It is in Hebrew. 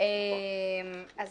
המון